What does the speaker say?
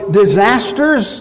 disasters